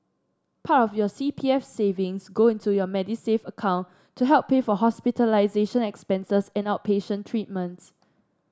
part of your C P F savings go into your Medisave account to help pay for hospitalization expenses and outpatient treatments